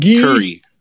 Curry